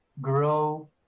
grow